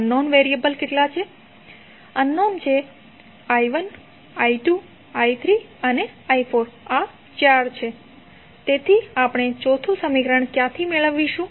અજ્ઞાત i1 i2 i3 અને i4 ચાર છે તેથી આપણે ચોથું સમીકરણ ક્યાંથી મેળવીશું